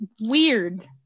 weird